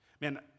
Man